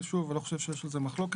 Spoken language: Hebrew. שוב, אני לא חושב שיש על זה מחלוקת.